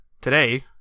today